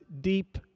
deep